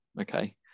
okay